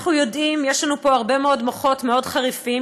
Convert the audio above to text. אנחנו יודעים שיש לנו פה הרבה מאוד מוחות מאוד חריפים,